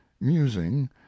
musing